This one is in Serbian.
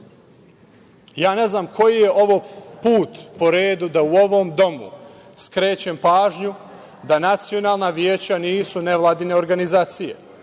Ne znam koji je ovo put po redu da u ovom domu skrećem pažnju da nacionalna veća nisu nevladine organizacije,